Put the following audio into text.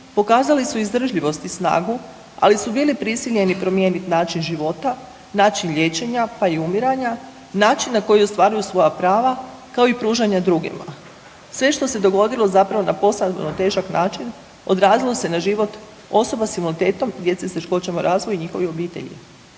pokazale su izdržljivost i snagu, ali su bili prisiljeni promijeniti način života, način liječenja, pa i umiranja, način na koji ostvaruju svoja prava, kao i pružanja drugima. Sve što se dogodilo zapravo na posebno težak način, odrazilo se na život osoba s invaliditetom, djece s teškoćama u razvoju i njihovih obitelji.